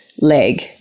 leg